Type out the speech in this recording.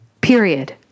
period